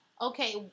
Okay